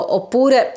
oppure